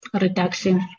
reduction